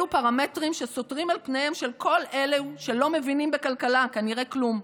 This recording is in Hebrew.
אלו פרמטרים שסוטרים על פניהם של כל אלו שלא מבינים בכלכלה כנראה כלום.